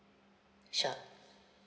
sure